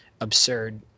absurd